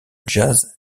jazz